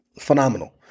phenomenal